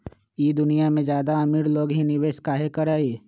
ई दुनिया में ज्यादा अमीर लोग ही निवेस काहे करई?